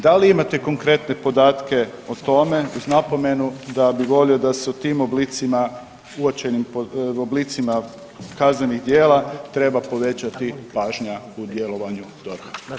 Da li imate konkretne podatke o tome uz napomenu da bi volio da se u tim oblicima uočenim oblicima kaznenih djela treba povećati pažnja u djelovanju DORH-a.